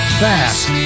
fast